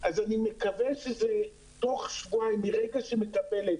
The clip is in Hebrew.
אני מקווה שזה תוך שבועיים, מרגע שמקבלת